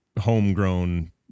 Homegrown